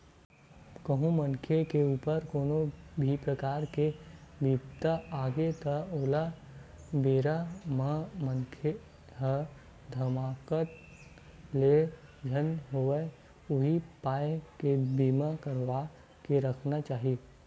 कहूँ मनखे के ऊपर कोनो भी परकार ले बिपदा आगे त ओ बेरा म मनखे ह धकमाकत ले झन होवय उही पाय के बीमा करवा के रखना चाही